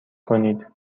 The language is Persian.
کنید